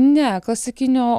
ne klasikinio